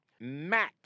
Matt